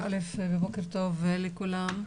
בוקר טוב לכולם.